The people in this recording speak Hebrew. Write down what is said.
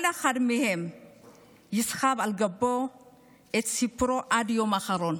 כל אחד מהם יסחוב על גבו את סיפורו עד יומו האחרון.